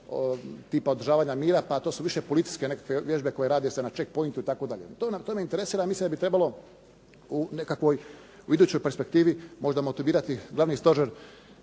tipa održavanja mira, pa to su više policijske nekakve vježbe koje se rade na chechpointu itd. To me interesira. Ja mislim da bi trebalo u nekakvoj u idućoj perspektivi možda motivirati Glavni stožer